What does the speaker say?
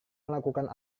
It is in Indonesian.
melakukan